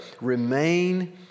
Remain